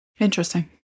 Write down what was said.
Interesting